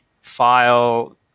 file